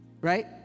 right